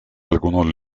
algunos